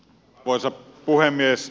arvoisa puhemies